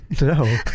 No